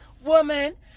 woman